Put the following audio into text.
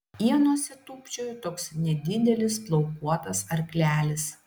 ienose tūpčiojo toks nedidelis plaukuotas arklelis